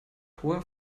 hoher